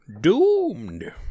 Doomed